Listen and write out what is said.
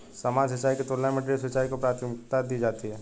सामान्य सिंचाई की तुलना में ड्रिप सिंचाई को प्राथमिकता दी जाती है